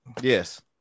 Yes